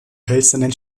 hölzernen